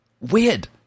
weird